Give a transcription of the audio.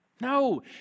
No